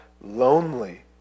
lonely